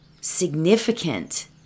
significant